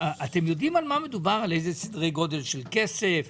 אתם יודעים על אילו סדרי גודל של כסף מדובר?